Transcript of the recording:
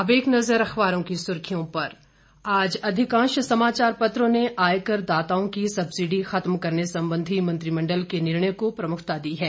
अब एक नजर अखबारों की सूर्खियों पर आज अधिकांश समाचार पत्रों ने आयकर दाताओं की सब्सिडी खत्म करने संबंधी मंत्रिमंडल के निर्णय को प्रमुखता दी है